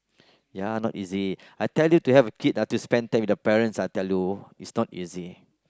ya not easy I tell you to have a kid ah to spend time with the parents I tell you it's not easy